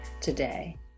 today